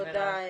תודה,